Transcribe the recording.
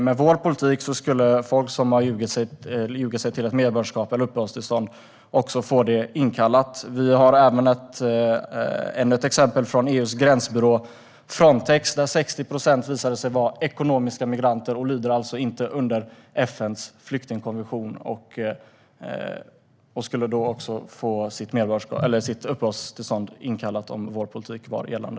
Med vår politik skulle människor som har ljugit sig till ett medborgarskap eller uppehållstillstånd få det återkallat. Vi har ännu ett exempel från EU:s gränsbyrå Frontex. 60 procent visade sig vara ekonomiska migranter och lyder alltså inte under FN:s flyktingkonvention. De skulle också få sina uppehållstillstånd återkallade om vår politik var gällande.